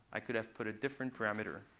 i could have put a different parameter,